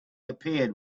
appeared